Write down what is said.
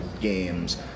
games